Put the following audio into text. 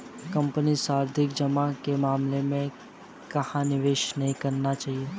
Company सावधि जमा के मामले में कहाँ निवेश नहीं करना है?